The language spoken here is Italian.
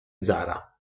zara